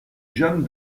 jeanne